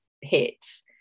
hits